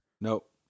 Nope